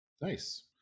Nice